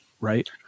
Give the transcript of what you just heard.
right